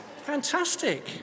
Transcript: Fantastic